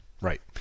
Right